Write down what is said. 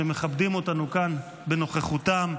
שמכבדים אותנו כאן בנוכחותם,